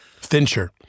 Fincher